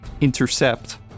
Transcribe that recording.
intercept